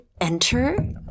enter